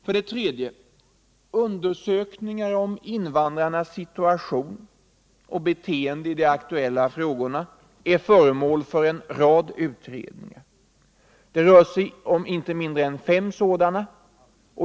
För det tredje är undersökningar om invandrarnas situation och beteende i de aktuella frågorna redan föremål för en rad utredningar. Det rör sig om inte mindre än fem sådana.